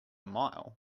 mile